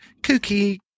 kooky